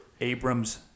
Abrams